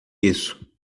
isso